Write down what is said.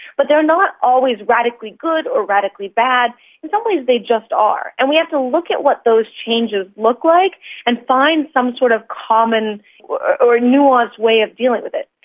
but they're not always radically good or radically bad. in some ways they just are. and we have to look at what those changes look like and find some sort of common or nuanced way of dealing with it.